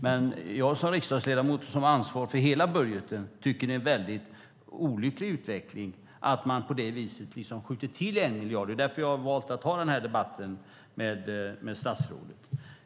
Men jag som riksdagsledamot, som har ansvar för hela budgeten, tycker att det är en olycklig utveckling att man på detta vis skjuter till en miljard. Därför har jag valt att ha denna debatt med statsrådet.